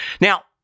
Now